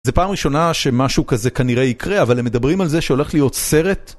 זה פעם ראשונה שמשהו כזה כנראה יקרה, אבל הם מדברים על זה שהולך להיות סרט?